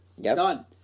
done